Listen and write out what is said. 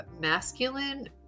masculine